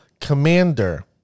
commander